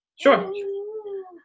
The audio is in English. sure